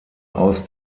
aus